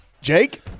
Jake